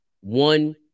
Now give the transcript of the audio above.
One